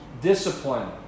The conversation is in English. discipline